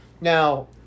Now